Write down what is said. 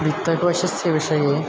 वित्तकोषस्य विषये